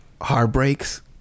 Heartbreaks